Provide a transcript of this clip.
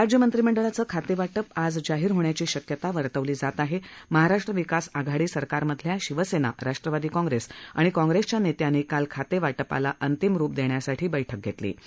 राज्य मंत्रिमंडळाचं खातद्विप आज जाहीर होण्याची शक्यता वर्तवली जात आह मिहाराष्ट्र विकास आघाडी सरकारमधल्या शिवसत्ता राष्ट्रवादी काँग्रस्तीआणि काँग्रस्तिया नस्तींनी काल खातक्षिपाला अंतिम रुप दख्यासाठी बैठक घस्तिी